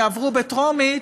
כולן יעברו בטרומית,